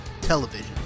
television